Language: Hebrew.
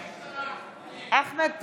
אחמד טיבי,